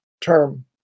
term